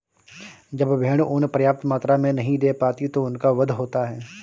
जब भेड़ ऊँन पर्याप्त मात्रा में नहीं दे पाती तो उनका वध होता है